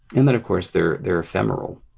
and then of course they're they're ephemeral.